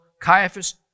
Caiaphas